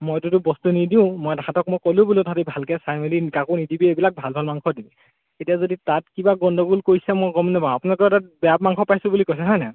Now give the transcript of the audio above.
মইতোতো বস্তু নিদিও মই তাহাঁতক মই ক'লো বোলো তহঁতে ভালকৈ চাই মেলি কাকো নিদিবি এইবিলাক ভাল ভাল মাংস দিবি এতিয়া যদি তাত কিবা গণ্ডগোল কৰিছে মই গম নাপাওঁ আপোনলোকৰ তাত বেয়া মাংস পাইছো বুলি কৈছে হয়নে